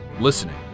Listening